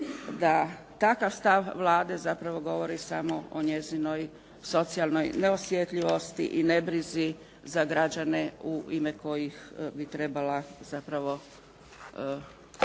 da takav stav Vlade zapravo govori samo o njezinoj socijalnoj neosjetljivosti i nebrizi za građane u ime kojih bi trebala zapravo